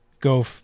Go